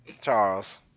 Charles